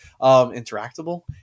interactable